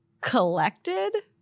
collected